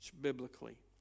biblically